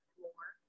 more